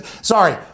sorry